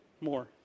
more